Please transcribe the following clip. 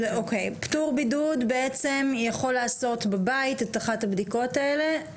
פטור בידוד בעצם יכול לעשות בבית את אחת הבדיקות האלה.